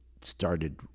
started